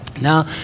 Now